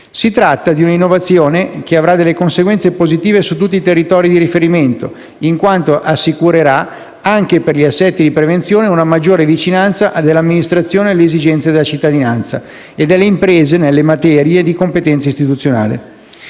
Si tratta di un'innovazione che avrà conseguenze positive su tutti i territori di riferimento in quanto assicurerà, anche per gli aspetti di prevenzione, una maggiore vicinanza dell'amministrazione alle esigenze della cittadinanza e delle imprese nelle materie di competenza istituzionale.